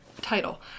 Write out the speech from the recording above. Title